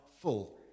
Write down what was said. full